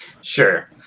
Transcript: sure